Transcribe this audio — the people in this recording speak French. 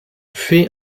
fait